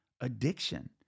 addiction